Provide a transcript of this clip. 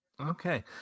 Okay